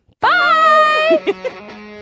Bye